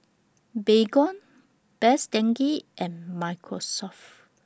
Baygon Best Denki and Microsoft